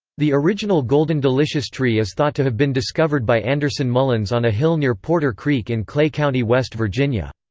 the original golden delicious tree is thought to have been discovered by anderson mullins on a hill near porter creek in clay county, west virginia.